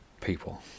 people